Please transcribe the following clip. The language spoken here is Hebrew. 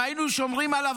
אם היינו שומרים עליו,